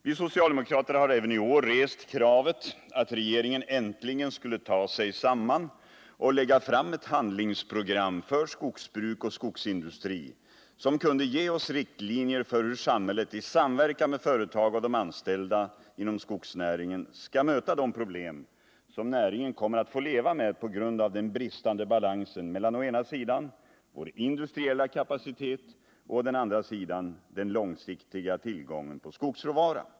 Vi socialdemokrater har även i år rest kravet att regeringen äntligen skulle ta sig samman och lägga fram ett handlingsprogram för skogsbruk och skogsindustri som kunde ge oss riktlinjer för hur samhället i samverkan med företagen och de anställda inom skogsnäringen skall möta de problem som näringen kommer att få leva med på grund av den bristande balansen mellan å ena sidan vår industriella kapacitet och å andra sidan den långsiktiga tillgången på skogsråvara.